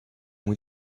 ont